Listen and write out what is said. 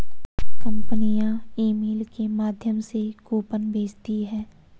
कंपनियां ईमेल के माध्यम से कूपन भेजती है